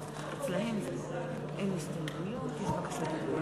פולניה היא תרבות שחולשת על כולנו.